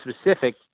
specific